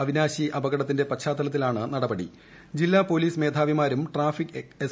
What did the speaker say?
അവിനാശി അപകടത്തിന്റെ പശ്ചാത്തലത്തിലാണ് നടപടി ജില്ലാ പോലീസ് മേധാവിമാരും ട്രാഫിക് എസ്